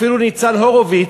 אפילו ניצן הורוביץ,